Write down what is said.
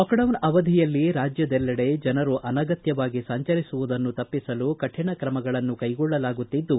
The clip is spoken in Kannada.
ಲಾಕ್ಡೌನ್ ಅವಧಿಯಲ್ಲಿ ರಾಜ್ಯದೆಲ್ಲೆಡೆ ಜನರು ಅನಗತ್ಯವಾಗಿ ಸಂಚರಿಸುವುದನ್ನು ತಪ್ಪಿಸಲು ಕರಿಣ ಕ್ರಮಗಳನ್ನು ಕ್ಲೆಗೊಳ್ಳಲಾಗುತ್ತಿದ್ದು